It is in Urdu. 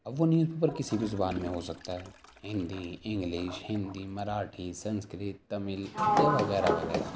اب وہ نیوز پیپر کسی بھی زبان میں ہو سکتا ہے ہندی انگلش ہندی مراٹھی سنکرت تامل یا وغیرہ وغیرہ